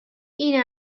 این